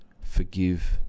forgive